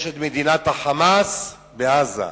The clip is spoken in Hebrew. יש מדינת ה"חמאס" בעזה,